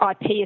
IP